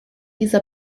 dieser